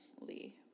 Lee